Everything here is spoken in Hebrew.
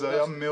זה היה מאות.